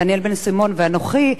דניאל בן-סימון ואנוכי,